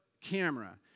camera